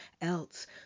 else